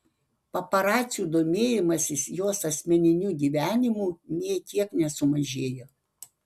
paparacių domėjimasis jos asmeniniu gyvenimu nė kiek nesumažėjo